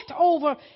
over